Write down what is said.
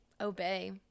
obey